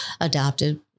adopted